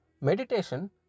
Meditation